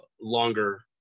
longer